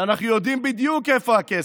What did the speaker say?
אנחנו יודעים בדיוק איפה הכסף.